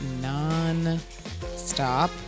non-stop